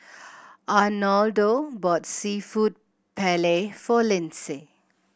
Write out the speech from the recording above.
Arnoldo bought Seafood Paella for Lindsay